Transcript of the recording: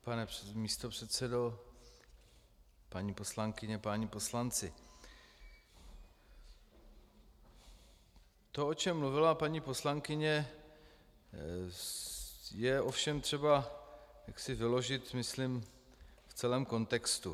Pane místopředsedo, paní poslankyně, páni poslanci, to, o čem mluvila paní poslankyně, je ovšem třeba vyložit, myslím, v celém kontextu.